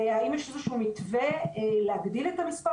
והאם יש איזה שהוא מתווה להגדיל את המספר